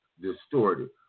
distorted